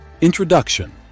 Introduction